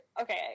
okay